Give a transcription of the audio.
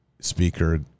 speaker